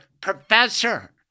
professor